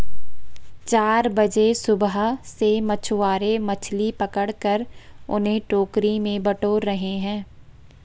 चार बजे सुबह से मछुआरे मछली पकड़कर उन्हें टोकरी में बटोर रहे हैं